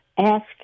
Ask